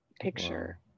picture